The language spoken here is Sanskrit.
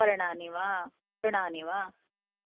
पर्णानि वा तृणानि वा